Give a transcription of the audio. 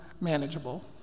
manageable